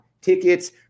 tickets